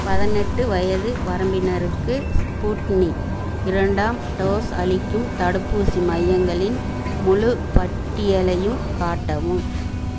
பதினெட்டு வயது வரம்பினருக்கு ஸ்புட்னி இரண்டாம் டோஸ் அளிக்கும் தடுப்பூசி மையங்களின் முழு பட்டியலையும் காட்டவும்